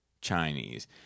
Chinese